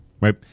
Right